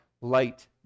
light